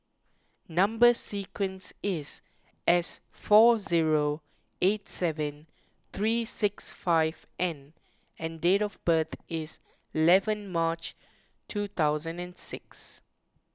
Number Sequence is S four zero eight seven three six five N and date of birth is eleven March two thousand and six